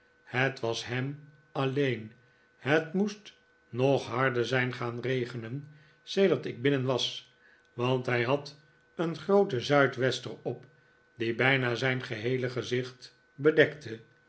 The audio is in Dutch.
het was ham alleen het moest nog harder zijn gaan regenen sedert ik binnen was want hij had een grooten zuidwester op die bijna zijn heele gezicht bedekte